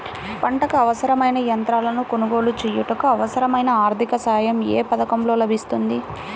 పంటకు అవసరమైన యంత్రాలను కొనగోలు చేయుటకు, అవసరమైన ఆర్థిక సాయం యే పథకంలో లభిస్తుంది?